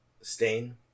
Stain